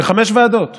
וחמש ועדות